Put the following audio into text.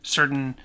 certain